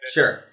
sure